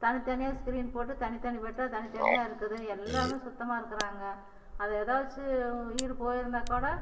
தனித்தனியாக ஸ்கிரீன் போட்டு தனித்தனி பெட்டாக தனித்தனியாக இருக்குது எல்லோருமே சுத்தமாக இருக்கிறாங்க அது ஏதாச்சும் உயிர் போயிருந்தாக் கூட